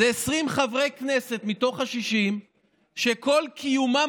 אלה 20 חברי כנסת מתוך ה-60 שכל קיומם